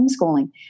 homeschooling